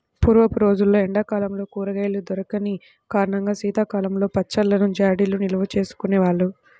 పూర్వపు రోజుల్లో ఎండా కాలంలో కూరగాయలు దొరికని కారణంగా శీతాకాలంలో పచ్చళ్ళను జాడీల్లో నిల్వచేసుకునే వాళ్ళు